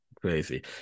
Crazy